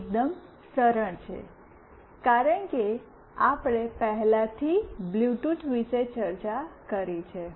આ એકદમ સરળ છે કારણ કે આપણે પહેલાથી બ્લૂટૂથ વિશે ચર્ચા કરી છે